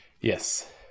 Yes